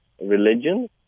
religion